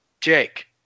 Jake